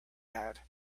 out